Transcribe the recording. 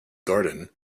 garden